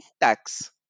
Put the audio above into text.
tax